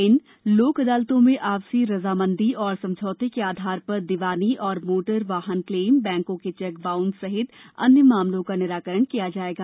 इन लोक अदालतों में आपसी रजामंदी और समझौते के आधार पर दीवानी और मोटर वाहन क्लेम बैंकों के चैक बाउंस सहित अन्य मामलों का निराकरण किया जाएगा